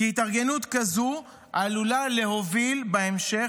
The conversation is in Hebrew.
כי התארגנות כזו עלולה להוביל בהמשך,